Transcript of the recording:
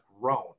grown